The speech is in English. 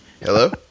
Hello